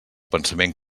pensament